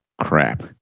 crap